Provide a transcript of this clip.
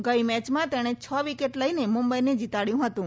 ગઈ મેચમાં તેણે છ વિકેટ લઈને મુંબઈને જીતાડ્યું હતું